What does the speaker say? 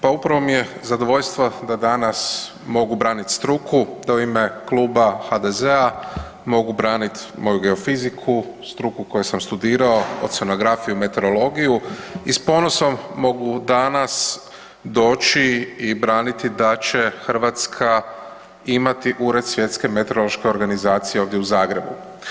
Pa upravo mi je zadovoljstvo da danas mogu branit struku, da u ime Kluba HDZ-a mogu branit moju Geofiziku, struku koju sam studirao, Oceanografiju i Meteorologiju i s ponosom mogu danas doći i braniti da će Hrvatska imati Ured svjetske meteorološke organizacije ovdje u Zagrebu.